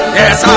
yes